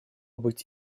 быть